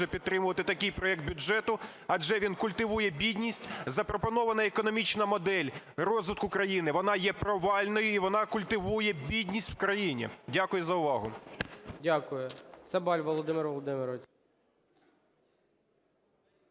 підтримувати такий проект бюджету, адже він культивує бідність. Запропонована економічна модель розвитку країни, вона є провальною і вона культивує бідність в країні. Дякую за увагу.